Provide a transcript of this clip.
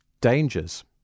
dangers